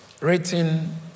written